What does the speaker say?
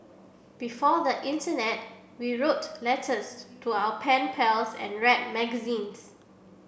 before the internet we wrote letters to our pen pals and read magazines